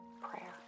Prayer